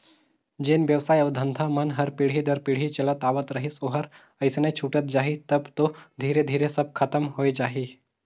जेन बेवसाय अउ धंधा मन हर पीढ़ी दर पीढ़ी चलत आवत रहिस ओहर अइसने छूटत जाही तब तो धीरे धीरे सब खतम होए जाही